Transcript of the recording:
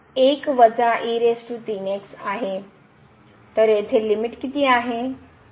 तर येथे लिमिट किती आहे